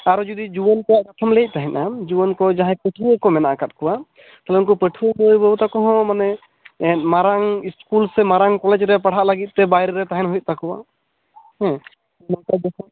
ᱟᱨᱚ ᱡᱩᱫᱤ ᱡᱩᱣᱟᱹᱱ ᱠᱚᱣᱟᱜ ᱠᱟᱛᱷᱟᱢ ᱞᱟᱹᱭᱮᱫ ᱛᱟᱦᱮᱸᱱᱟ ᱡᱩᱣᱟᱹᱱ ᱠᱚ ᱡᱟᱦᱟᱸᱭ ᱯᱷᱟᱹᱴᱷᱩᱭᱟᱹ ᱠᱚ ᱢᱮᱱᱟᱜ ᱟᱠᱟᱫ ᱠᱚᱣᱟ ᱛᱟᱦᱚᱞᱮ ᱩᱱᱠᱩ ᱯᱟᱹᱴᱷᱩᱭᱟᱹ ᱠᱚ ᱢᱟᱹᱭ ᱵᱟᱹᱵᱩ ᱛᱟᱠᱚ ᱦᱚᱸ ᱢᱟᱱᱮ ᱢᱟᱨᱟᱝ ᱤᱥᱠᱩᱞ ᱥᱮ ᱢᱟᱨᱟᱝ ᱠᱚᱞᱮᱡᱽ ᱨᱮ ᱯᱟᱲᱦᱟᱜ ᱞᱟᱹᱜᱤᱫ ᱛᱮ ᱵᱟᱭᱨᱮ ᱨᱮ ᱛᱟᱦᱮᱱ ᱦᱩᱭᱩᱜ ᱛᱟᱠᱚᱣᱟ ᱦᱮᱸ